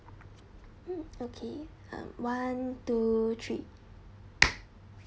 mm okay um one two three